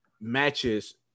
matches